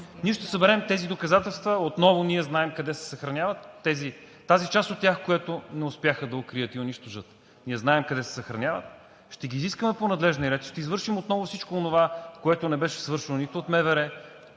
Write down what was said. Ние ще съберем тези доказателства отново. Ние знаем къде се съхранява тази част от тях, която не успяха да укрият и унищожат. Ние знаем къде се съхраняват. Ще ги изискаме по надлежния ред, ще извършим отново всичко онова, което не беше свършено нито от МВР,